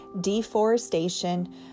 deforestation